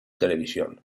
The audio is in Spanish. televisión